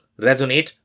resonate